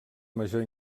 major